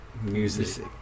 music